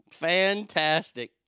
Fantastic